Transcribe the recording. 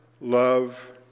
love